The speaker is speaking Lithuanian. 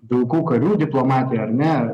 vilkų karių diplomatija ar ne